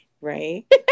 right